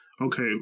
Okay